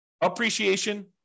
appreciation